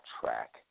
track